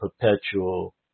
perpetual